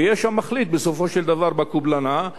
ויש המחליט בסופו של דבר בקובלנה,